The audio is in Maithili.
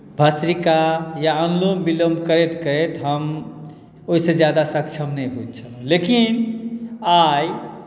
भस्रिका या अनुलोम विलोम करैत करैत हम ओहिसँ ज्यादा सक्षम नहि होइत छलहुँ लेकिन आइ